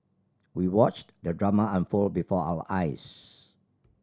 we watched the drama unfold before our eyes